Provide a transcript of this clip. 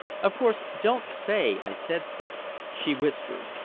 of course, don't say i said so, she whispered.